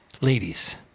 ladies